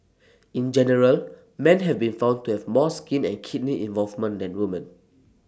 in general man have been found to have more skin and kidney involvement than woman